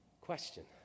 question